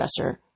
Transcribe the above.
stressor